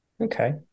Okay